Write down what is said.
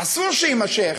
אסור שיימשך.